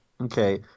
okay